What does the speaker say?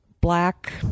Black